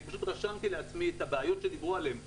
אני פשוט רשמתי לעצמי את הבעיות שדיברו עליהן פה.